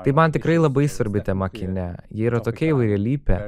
tai man tikrai labai svarbi tema kine ji yra tokia įvairialypė